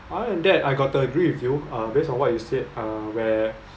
other than that I got to agree with you uh based on what you said uh where